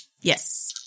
Yes